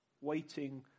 Waiting